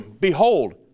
behold